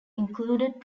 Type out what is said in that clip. included